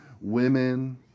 women